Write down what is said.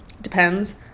depends